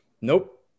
Nope